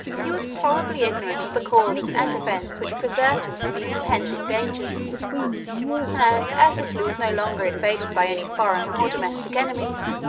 he was probably ignorant of the causes and events which preserved him from these impending dangers and as italy was no longer invaded by any foreign or domestic enemies,